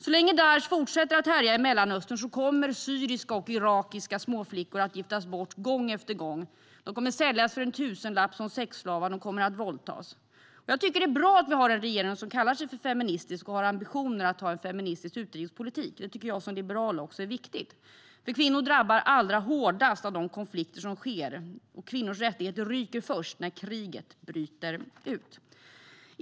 Så länge Daish fortsätter att härja i Mellanöstern kommer syriska och irakiska småflickor att giftas bort, gång efter gång. De kommer att säljas för en tusenlapp som sexslavar, och de kommer att våldtas. Jag tycker att det är bra att vi har en regering som kallar sig feministisk och som har ambitioner att ha en feministisk utrikespolitik. Det tycker jag som liberal är viktigt. Kvinnor drabbas allra hårdast av de konflikter som sker, och kvinnors rättigheter ryker först när kriget bryter ut.